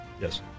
Yes